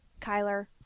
Kyler